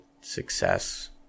success